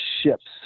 ships